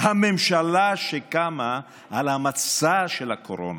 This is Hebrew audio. הממשלה שקמה על המצע של הקורונה.